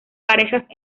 parejas